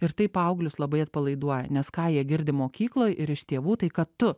ir tai paauglius labai atpalaiduoja nes ką jie girdi mokykloj ir iš tėvų tai kad tu